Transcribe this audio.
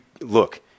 look